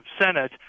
Senate